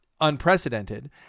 unprecedented